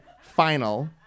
final